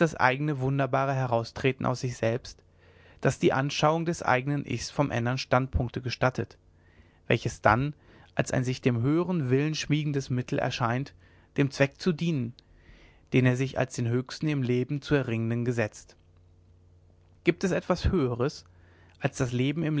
eigne wunderbare heraustreten aus sich selbst das die anschauung des eignen ichs vom ändern standpunkte gestattet welches dann als ein sich dem höheren willen schmiegendes mittel erscheint dem zweck zu dienen den er sich als den höchsten im leben zu erringenden gesetzt gibt es etwas höheres als das leben im